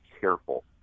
careful